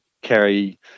carry